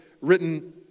written